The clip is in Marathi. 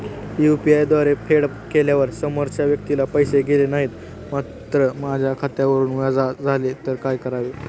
यु.पी.आय द्वारे फेड केल्यावर समोरच्या व्यक्तीला पैसे गेले नाहीत मात्र माझ्या खात्यावरून वजा झाले तर काय करावे?